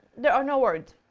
there are no words!